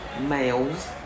males